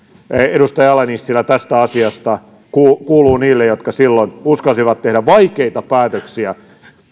edustaja ala nissilä tästä asiasta kuuluu kuuluu niille jotka silloin uskalsivat tehdä vaikeita päätöksiä kun voi